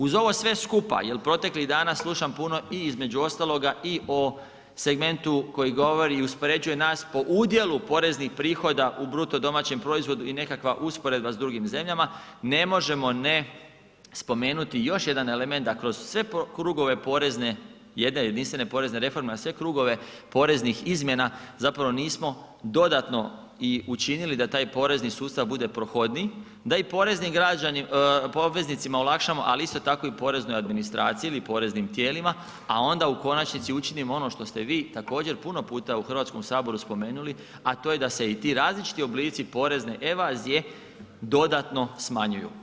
Uz ovo sve skupa jer proteklih dana slušam puno i između ostaloga i o segmentu koji govori i uspoređuje nas po udjelu poreznih prihoda u BDP i nekakva usporedba s drugim zemljama ne možemo ne spomenuti još jedan element da kroz sve krugove porezne jedne jedinstvene porezne reforme a sve krugove poreznih izmjena zapravo nismo dodano i učinili da taj porezni sustav bude prohodniji da i poreznim obveznicima olakšamo ali isto tako i poreznoj administraciji ili poreznim tijelima a onda u konačnici učinimo ono što ste vi također puno puta u Hrvatskom saboru spomenuli a to je da se i ti različiti oblici porezne evazije dodatno smanjuju.